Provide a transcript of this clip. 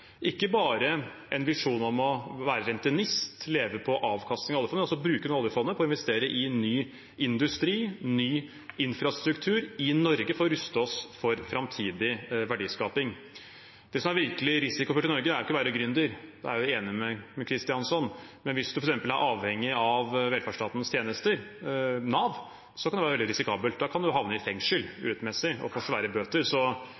ikke bare en visjon om å være rentenist, leve på avkastningen av oljefondet, men også bruke noe av oljefondet på å investere i ny industri, ny infrastruktur i Norge for å ruste oss for framtidig verdiskaping. Det som er virkelig risikofylt i Norge, er ikke å være gründer. Der er jeg enig med Kristjánsson. Men hvis man f.eks. er avhengig av velferdsstatens tjenester, Nav, kan det være veldig risikabelt. Da kan man havne i fengsel, urettmessig, og få svære bøter.